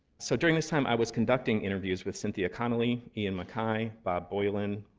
so during this time, i was conducting interviews with cynthia connelly, ian mackaye, bob boylan,